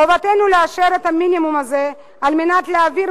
חובתנו לאשר את המינימום הזה על מנת להעביר